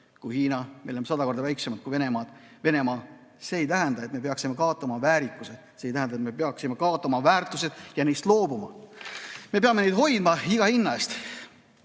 kui Hiina, me oleme 100 korda väiksemad kui Venemaa. See ei tähenda, et me peaksime kaotama väärikuse. See ei tähenda, et me peaksime kaotama oma väärtused ja neist loobuma. Me peame neid hoidma iga hinna